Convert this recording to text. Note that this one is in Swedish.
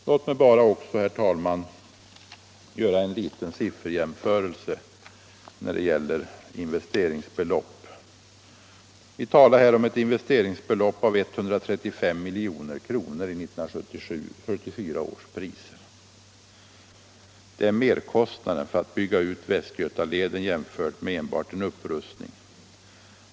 Låt mig bara också, herr talman, göra en liten sifferjämförelse när det gäller investeringsbelopp. Vi talar här om ett investeringsbelopp av 135 milj.kr. i 1974 års priser. Det är merkostnaden för att bygga ut Västgötaleden jämfört med enbart en upprustning.